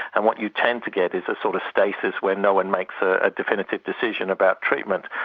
and what you tend to get is a sort of stasis where no one makes a a definitive decision about treatment.